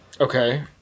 Okay